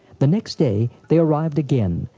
the next day, they arrived again,